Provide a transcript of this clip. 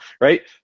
right